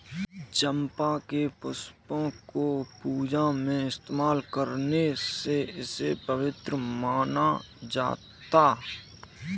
चंपा के पुष्पों को पूजा में इस्तेमाल करने से इसे पवित्र माना जाता